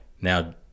now